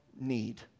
need